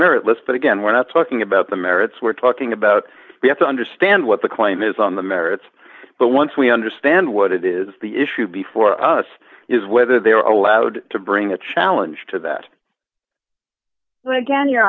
meritless but again we're not talking about the merits we're talking about we have to understand what the claim is on the merits but once we understand what it is the issue before us is whether they are allowed to bring a challenge to that right again you